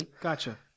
Gotcha